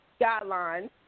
guidelines